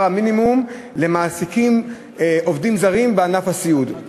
המינימום למעסיקים של עובדים זרים בענף הסיעוד.